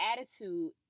attitude